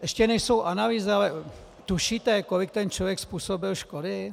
Ještě nejsou analýzy, ale tušíte, kolik ten člověk způsobil škody?